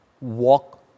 walk